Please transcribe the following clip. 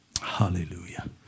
Hallelujah